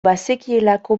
bazekielako